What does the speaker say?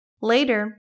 Later